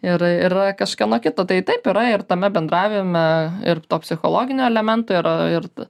ir yra kažkieno kito tai taip yra ir tame bendravime ir to psichologinio elemento yra ir